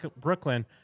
Brooklyn